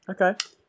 okay